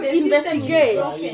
investigate